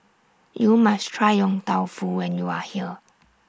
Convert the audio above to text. YOU must Try Yong Tau Foo when YOU Are here